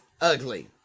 ugly